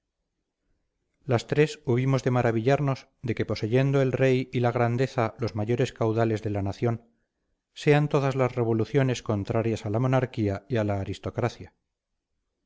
las tres hubimos de maravillarnos de que poseyendo el rey y la grandeza los mayores caudales de la nación sean todas las revoluciones contrarias a la monarquía y a la aristocracia